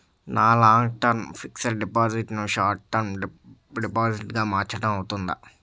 నా long term fixed deposit ను short term deposit గా మార్చటం అవ్తుందా?